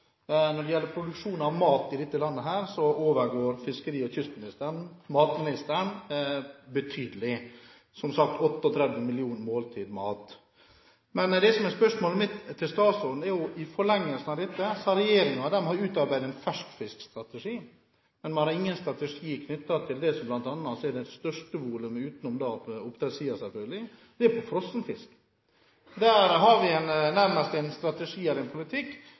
Når det gjelder produksjon av mat i dette landet, overgår fiskeri- og kystministeren matministeren betydelig – jeg henviser til det som ble sagt om 38 millioner måltider mat. Spørsmålet mitt til statsråden går på at i forlengelsen av dette har regjeringen utarbeidet en ferskfiskstrategi, men vi har ingen strategier knyttet til det som er det største volumet – utenom på oppdrettssiden, selvfølgelig – nemlig frossenfisk. Der har vi nærmest en strategi, eller en politikk,